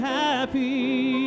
happy